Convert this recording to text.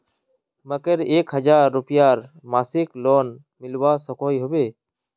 मकईर एक हजार रूपयार मासिक लोन मिलवा सकोहो होबे?